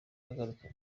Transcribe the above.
agaruka